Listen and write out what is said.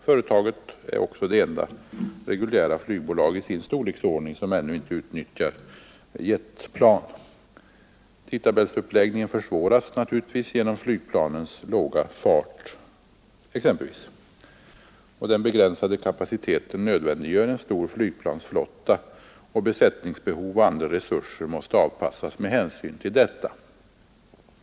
Företaget är också det enda reguljära flygbolag i sin storleksordning som ännu inte utnyttjar jetplan. Tidtabellsuppläggningen försvåras naturligtvis exempelvis genom flygplanens låga fart. Den begränsade kapaciteten nödvändiggör en stor flygplansflotta, och besättningsbehov och andra resurser måste avpassasmed hänsyn till detta.